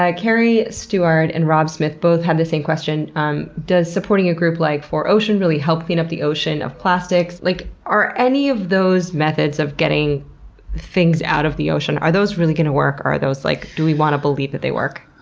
carrie stuard and rob smith both had the same question um does supporting a group like four ocean really help clean up the ocean of plastic? like are any of those methods of getting things out of the ocean, are those really going to work, or like do we want to believe that they work?